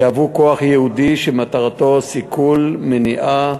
יהוו כוח ייעודי שמטרתו סיכול, מניעה,